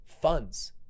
funds